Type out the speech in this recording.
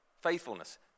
Faithfulness